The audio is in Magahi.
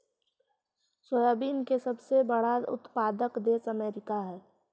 सोयाबीन के सबसे बड़ा उत्पादक देश अमेरिका हइ